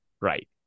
Right